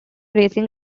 racing